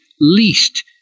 least